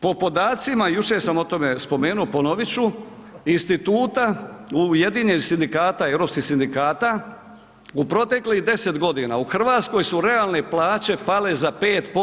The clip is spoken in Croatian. Po podacima jučer sam o tome spomenuo, ponovit ću Instituta ujedinjenih sindikata, europskih sindikata u protekli 10 godina u Hrvatskoj su realne plaće pale za 5%